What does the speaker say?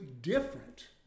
different